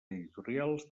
editorials